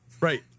Right